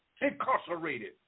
incarcerated